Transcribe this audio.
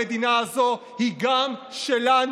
המדינה הזאת היא גם שלנו,